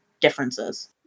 differences